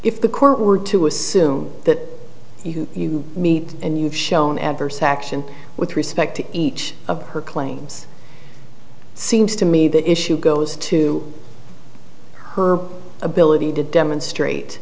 if the court were to assume that you meet and shown adverse action with respect to each of her claims seems to me the issue goes to her ability to demonstrate